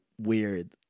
Weird